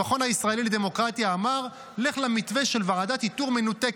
המכון הישראלי לדמוקרטיה אמר: לך למתווה של ועדת איתור מנותקת,